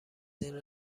این